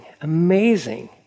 amazing